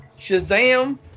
Shazam